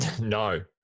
No